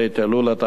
ב' באלול התשע"א,